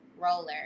Roller